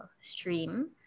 stream